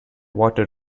water